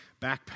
backpack